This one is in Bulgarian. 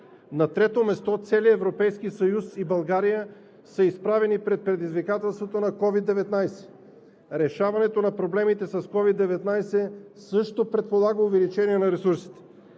На трето място, целият Европейски съюз и България са изправени пред предизвикателството на COVID-19. Решаването на проблемите с COVID-19 също предполага увеличение на ресурсите.